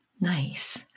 Nice